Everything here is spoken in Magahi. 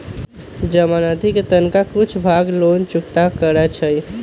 जमानती कें तनका कुछे भाग लोन चुक्ता करै छइ